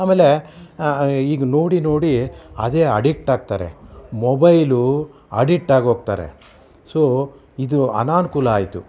ಆಮೇಲೆ ಈಗ ನೋಡಿ ನೋಡಿ ಅದೇ ಅಡಿಕ್ಟ್ ಆಗ್ತಾರೆ ಮೊಬೈಲು ಅಡಿಕ್ಟ್ ಆಗೋಗ್ತಾರೆ ಸೊ ಇದು ಅನನುಕೂಲ ಆಯಿತು